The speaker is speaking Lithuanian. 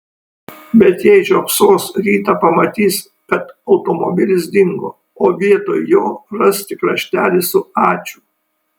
bet jei žiopsos rytą pamatys kad automobilis dingo o vietoj jo ras tik raštelį su ačiū